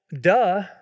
duh